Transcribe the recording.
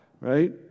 right